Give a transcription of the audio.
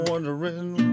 Wondering